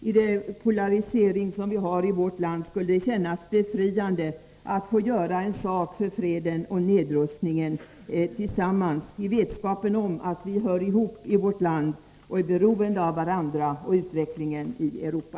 I den polarisering som vi har i vårt land skulle det kännas befriande att få göra en sak för fred och nedrustning tillsammans, i vetskap om att vi hör ihop i vårt land och är beroende av varandra och av utvecklingen i Europa.